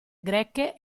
greche